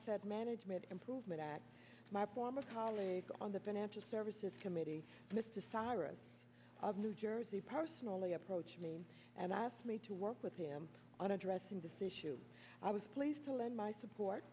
t management improvement act my former colleague on the financial services committee mr cyrus of new jersey personally approached me and asked me to work with him on addressing this issue i was pleased to lend my support